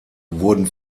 wurden